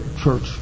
Church